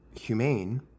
humane